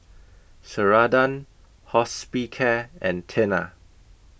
Ceradan Hospicare and Tena